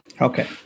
Okay